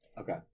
Okay